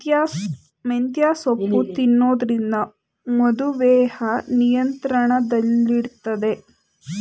ಮೆಂತ್ಯೆ ಸೊಪ್ಪು ತಿನ್ನೊದ್ರಿಂದ ಮಧುಮೇಹ ನಿಯಂತ್ರಣದಲ್ಲಿಡ್ತದೆ